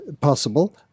possible